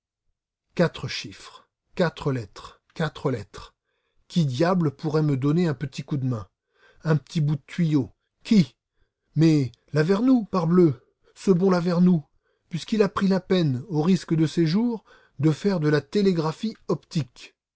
quatre chiffres quatre lettres quatre lettres qui diable pourrait me donner un petit coup de main un petit bout de tuyau qui mais lavernoux parbleu ce bon lavernoux puisqu'il a pris la peine au risque de ses jours de faire de la télégraphie optique